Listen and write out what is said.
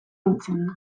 nintzen